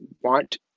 want